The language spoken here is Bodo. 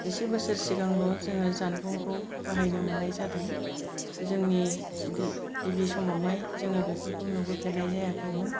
एसे बोसोर सिगांल' जोङो जानबुंखौ बाहायनो मोननाय जादों जोंनि गिबि समावहाय जोङो बेफोरखौ नुबोफेरनाय जायाखैमोन